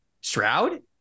Stroud